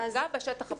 גם בשטח הפתוח.